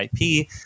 IP